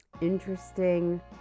interesting